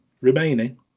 remaining